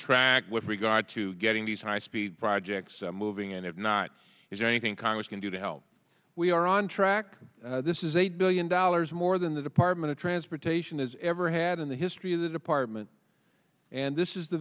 track with regard to getting these high speed projects moving and if not is there anything congress can do to help we are on track this is eight billion dollars more than the department of transportation in is ever had in the history of the department and this is the